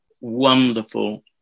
wonderful